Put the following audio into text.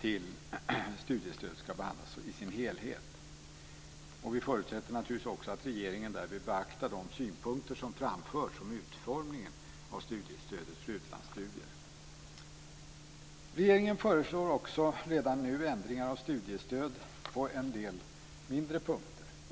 till dess att studiestödet skall behandlas i sin helhet. Vi förutsätter naturligtvis också att regeringen därvid beaktar de synpunkter som framförts om utformningen av studiestödet för utlandsstudier. Regeringen föreslår också redan nu ändringar av studiestödet på en del mindre punkter.